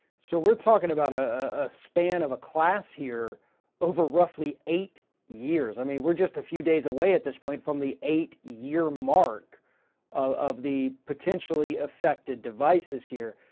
so we're talking about a span of a class here over roughly eight years. i mean we're just a few days away at this point from the eight year mark of the potentially affected devices here.